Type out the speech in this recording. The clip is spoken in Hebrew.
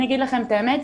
אני אגיד לכם את האמת,